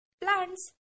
plants